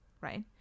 right